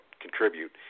contribute